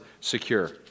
secure